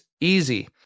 easy